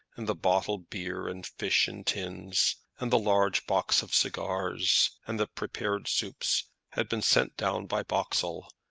and the bottled beer and fish in tins, and the large box of cigars, and the prepared soups, had been sent down by boxall,